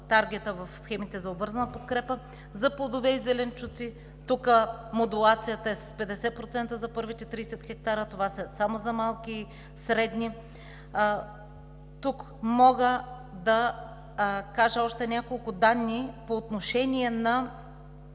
таргета в схемите за обвързана подкрепа. За плодове и зеленчуци – тук модулацията е с 50% за първите 30 хектара. Това са само за малки и средни. Мога да кажа още няколко данни по отношение на